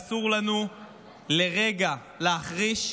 אסור לנו לרגע להחריש.